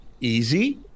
easy